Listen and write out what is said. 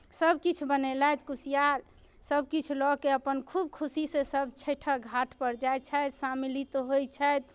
सभकिछु बनेलथि कुसियार सभकिछु लऽ कऽ अपन खूब खुशीसँ सभ छठिक घाटपर जाइ छथि सम्मिलित होइ छथि